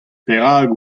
perak